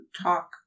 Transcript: talk